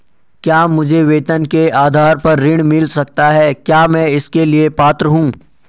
क्या मुझे वेतन के आधार पर ऋण मिल सकता है क्या मैं इसके लिए पात्र हूँ?